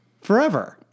forever